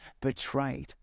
betrayed